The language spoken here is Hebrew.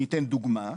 אני אתן דוגמה.